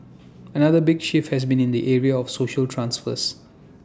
another big shift has been in the area of social transfers